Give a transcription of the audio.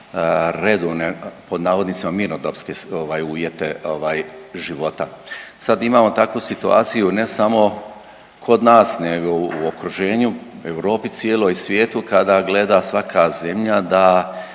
redovne „mirnodopske“ uvjete života. Sad imamo takvu situaciju, ne samo kod nas nego u okruženju, Europi cijeloj i svijetu kada gleda svaka zemlja da